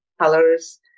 colors